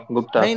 Gupta